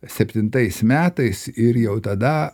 septintais metais ir jau tada